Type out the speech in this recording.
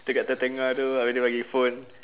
dekat tengah-tengah tu abeh dia bagi phone